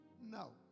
No